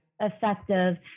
effective